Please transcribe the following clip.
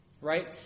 right